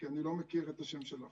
כי אני לא מכיר את השם שלך.